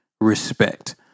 respect